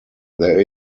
there